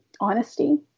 honesty